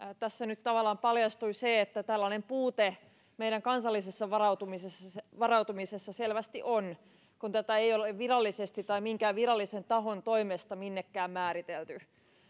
tässä nyt tavallaan paljastui se että tällainen puute meidän kansallisessa varautumisessamme varautumisessamme selvästi on kun tätä ei ole virallisesti tai minkään virallisen tahon toimesta minnekään määritelty